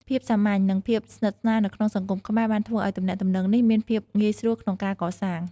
ភាពសាមញ្ញនឹងភាពស្និទ្ធស្នាលនៅក្នុងសង្គមខ្មែរបានធ្វើឱ្យទំនាក់ទំនងនេះមានភាពងាយស្រួលក្នុងការកសាង។